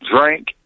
drink